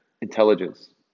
intelligence